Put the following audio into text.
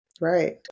Right